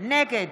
נגד